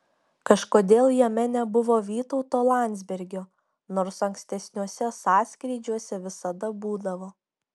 kažkodėl jame nebuvo vytauto landsbergio nors ankstesniuose sąskrydžiuose visada būdavo